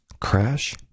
crash